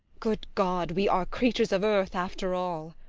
good god, we are creatures of earth after all.